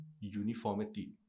uniformity